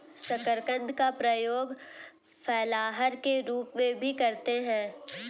शकरकंद का प्रयोग फलाहार के रूप में भी करते हैं